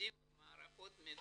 והעובדים במערכות מידע.